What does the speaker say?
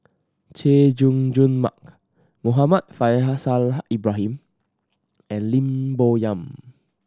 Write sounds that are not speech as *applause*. Chay Jung Jun Mark Muhammad Faishal *unintelligible* Ibrahim and Lim Bo Yam